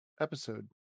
episode